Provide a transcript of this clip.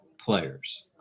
players